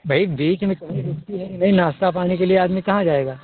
भाई बीच में कहीं रुकती है कि नहीं नाश्ता पानी के लिए आदमी कहाँ जाएगा